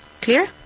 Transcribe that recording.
Clear